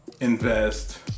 invest